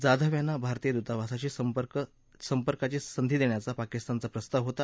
जाधव यांना भारतीय दूतावासाशी संपर्काची संधी देण्याचा पाकिस्तानचा प्रस्ताव होता